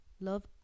love